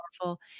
powerful